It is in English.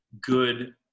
good